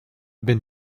been